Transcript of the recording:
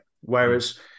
Whereas